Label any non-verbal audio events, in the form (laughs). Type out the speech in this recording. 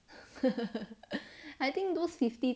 (laughs) I think those fifty